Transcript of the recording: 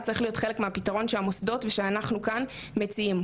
צריך להיות חלק מהפתרון שהמוסדות ואנחנו כאן מציעים.